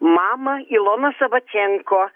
mamą iloną savačenko